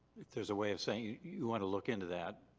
if there's a way of saying, you want to look into that.